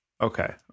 okay